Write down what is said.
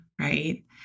right